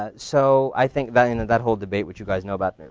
ah so, i think that and that whole debate, which you guys know about,